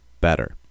better